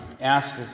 asked